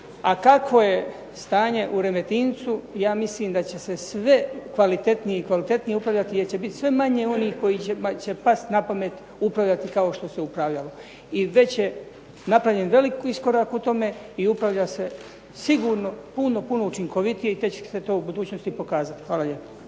A kakvo je stanje u Remetincu, ja mislim da će se sve kvalitetnije i kvalitetnije upravljati jer će biti sve manje onih kojima će past na pamet upravljati kao što se upravljalo. I već je napravljen velik iskorak u tome i upravlja se sigurno puno, puno učinkovitije i tek će se to u budućnosti pokazati. Hvala lijepo.